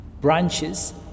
branches